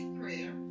prayer